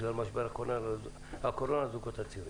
בגלל משבר הקורונה לזוגות הצעירים.